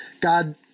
God